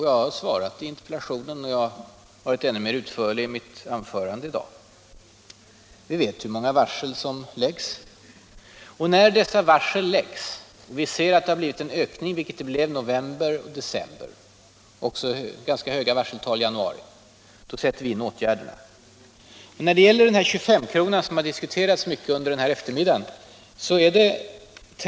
Jag har gett besked i interpellationssvaret, och ännu mer utförligt i mitt anförande i dag. Vi vet hur många varsel som läggs. När dessa varsel läggs och vi ser att det blivit en ökning sätter vi in åtgärder. Det är 336 företag som redan är berörda av den 25-krona som diskuteras mycket under den här eftermiddagen.